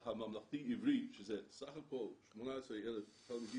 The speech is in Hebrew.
הממלכתי-עברי שזה סך הכול 18,000 תלמידים